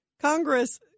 Congress